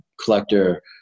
collector